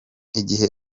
igihe